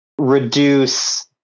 reduce